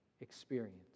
experience